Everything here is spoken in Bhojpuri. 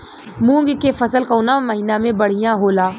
मुँग के फसल कउना महिना में बढ़ियां होला?